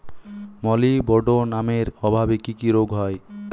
মলিবডোনামের অভাবে কি কি রোগ হয়?